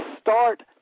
start